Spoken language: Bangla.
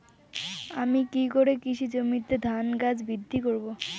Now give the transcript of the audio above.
আমি কী করে কৃষি জমিতে ধান গাছ বৃদ্ধি করব?